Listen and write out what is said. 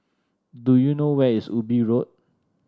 do you know where is Ubi Road